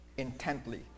intently